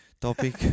topic